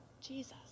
Jesus